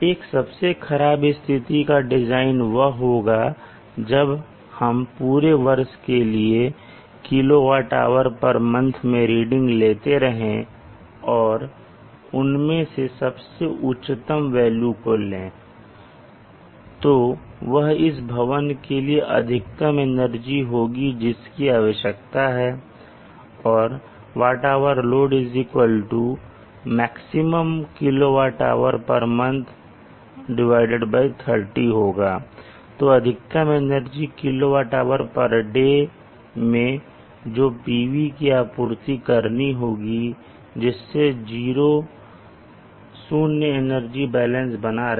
एक सबसे खराब स्थिति का डिज़ाइन वह होगा जब हम पूरे वर्ष के लिए kWhmonth मैं रीडिंग लेते रहे और उनमें से सबसे उच्चतम वेल्यू को लें तो वह इस भवन के लिए अधिकतम एनर्जी होगी जिसकी आवश्यकता है और WH load MaxkWhmonth 30 होगा जो अधिकतम एनर्जी है kWh day मैं जो PV को आपूर्ति करनी होगी जिससे 0 एनर्जी बैलेंस बना रहे